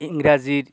ইংরাজির